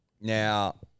Now